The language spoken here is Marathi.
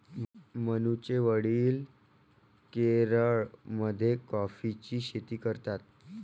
मनूचे वडील केरळमध्ये कॉफीची शेती करतात